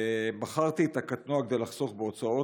מכרתי את הקטנוע כדי לחסוך בהוצאות,